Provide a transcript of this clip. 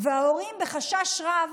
וההורים בחשש רב